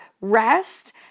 rest